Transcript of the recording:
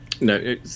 No